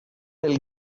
will